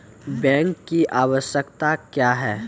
Bank की आवश्यकता क्या हैं?